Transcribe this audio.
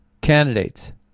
candidates